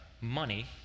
money